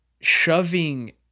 shoving